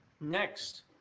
Next